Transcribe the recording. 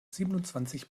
siebenundzwanzig